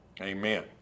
amen